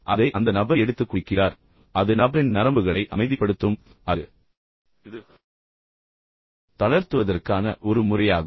அதை அந்த நபர் எடுத்து குடிக்கிறார் உண்மையில் அது நபரின் நரம்புகளை அமைதிப்படுத்தும் அது இது தளர்த்துவதற்கான ஒரு முறையாகும்